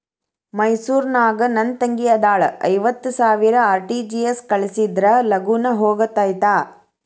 ಮೈಸೂರ್ ನಾಗ ನನ್ ತಂಗಿ ಅದಾಳ ಐವತ್ ಸಾವಿರ ಆರ್.ಟಿ.ಜಿ.ಎಸ್ ಕಳ್ಸಿದ್ರಾ ಲಗೂನ ಹೋಗತೈತ?